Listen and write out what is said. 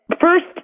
first